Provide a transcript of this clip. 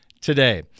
today